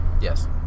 Yes